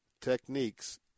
techniques